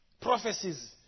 prophecies